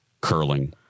Curling